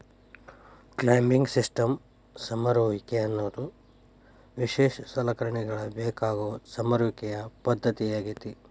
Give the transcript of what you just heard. climbing systems ಸಮರುವಿಕೆ ಅನ್ನೋದು ವಿಶೇಷ ಸಲಕರಣೆಗಳ ಬೇಕಾಗೋ ಸಮರುವಿಕೆಯ ಪದ್ದತಿಯಾಗೇತಿ